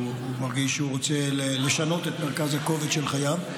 שהוא מרגיש שהוא רוצה לשנות את מרכז הכובד של חייו,